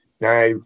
Now